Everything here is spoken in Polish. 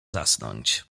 zasnąć